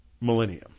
millennium